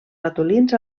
ratolins